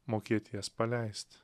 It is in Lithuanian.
mokėti jas paleisti